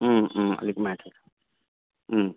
उम् उम् अलिक माथि उम्